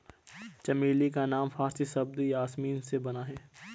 चमेली का नाम फारसी शब्द यासमीन से बना है